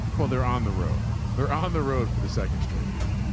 well they're on the road. they're on the road for the second straight week,